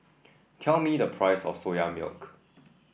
tell me the price of Soya Milk